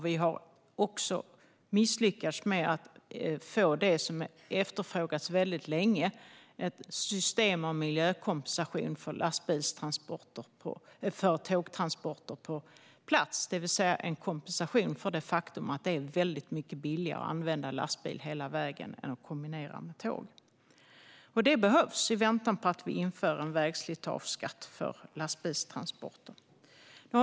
Vi har också misslyckats med att få ett system för miljökompensation för tågtransporter på plats, vilket är något som har efterfrågats väldigt länge. Det handlar om en kompensation för det faktum att det är väldigt mycket billigare att använda lastbil hela vägen än att kombinera med tåg. Detta behövs i väntan på att en vägslitageskatt för lastbilstransporter införs.